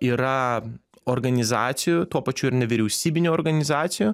yra organizacijų tuo pačiu ir nevyriausybinių organizacijų